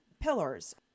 pillars